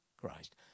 Christ